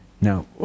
Now